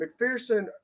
McPherson